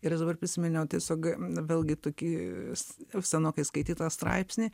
ir aš dabar prisiminiau tiesiog vėlgi tokį senokai skaitytą straipsnį